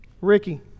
Ricky